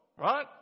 right